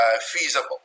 feasible